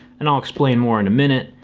and i'll explain more in minute.